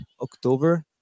October